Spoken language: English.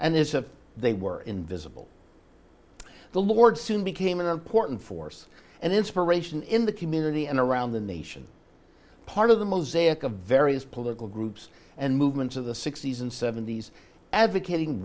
and this of they were invisible the lord soon became an important force and inspiration in the community and around the nation part of the mosaic of various political groups and movements of the sixty's and seventy's advocating